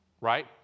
Right